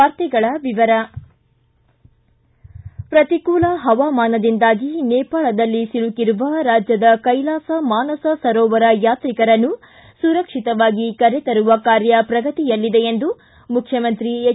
ವಾರ್ತೆಗಳ ವಿವರ ಪ್ರತಿಕೂಲ ಹವಾಮಾನದಿಂದಾಗಿ ನೇಪಾಳದಲ್ಲಿ ಸಲುಕಿರುವ ರಾಜ್ಜದ ಕೈಲಾಸ ಮಾನಸ ಸರೋವರ ಯಾತ್ರಿಕರನ್ನು ಸುರಕ್ಷಿತವಾಗಿ ಕರೆತರುವ ಕಾರ್ಯ ಪ್ರಗತಿಯಲ್ಲಿದೆ ಎಂದು ಮುಖ್ಚಮಂತ್ರಿ ಎಚ್